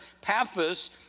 Paphos